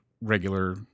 regular